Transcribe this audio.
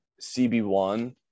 CB1